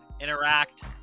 interact